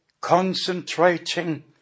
concentrating